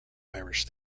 irish